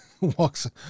walks